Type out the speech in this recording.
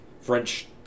French